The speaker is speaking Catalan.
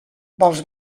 vols